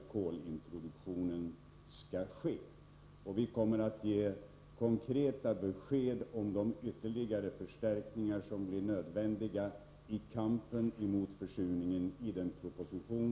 Vi kommer, i den proposition som jag aviserat i mitt svar, att ge konkreta besked om de ytterligare förstärkningar som blir nödvändiga i kampen mot försurningen.